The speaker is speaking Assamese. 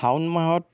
শাওণ মাহত